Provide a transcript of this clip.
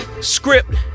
script